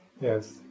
Yes